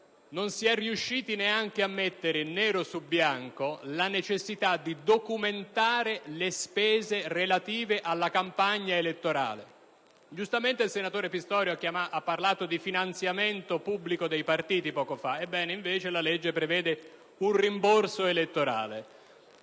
non si è riusciti neanche a mettere nero su bianco la necessità di documentare le spese relative alla campagna elettorale. Il senatore Pistorio ha giustamente parlato poco fa di finanziamento pubblico dei partiti, mentre invece la legge prevede un rimborso elettorale.